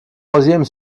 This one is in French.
troisièmes